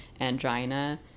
angina